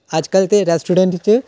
अजकल ते रेस्टोरेंट च